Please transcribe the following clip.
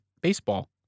baseball